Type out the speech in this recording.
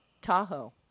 Tahoe